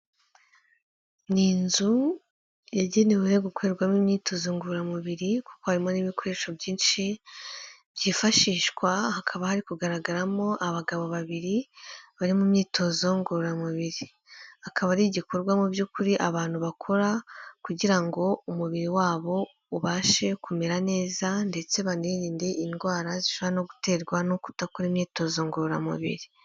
Ni inzu yagenewe gukorerwamo imyitozo ngororamubiri kuko harimo n'ibikoresho byinshi byifashishwa, hakaba hari kugaragaramo abagabo babiri bari mu myitozo ngororamubiri, akaba ari igikorwa mu by'ukuri abantu bakora kugira ngo umubiri wabo ubashe kumera neza ndetse banirinde indwara zishobora no guterwa no kudakora imyitozo ngororamubiri.